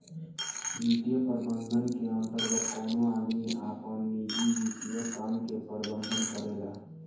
वित्तीय प्रबंधन के अंतर्गत कवनो आदमी आपन निजी वित्तीय काम के प्रबंधन करेला